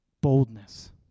boldness